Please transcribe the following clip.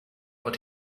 what